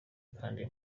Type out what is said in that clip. kandi